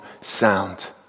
sound